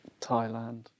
Thailand